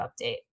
update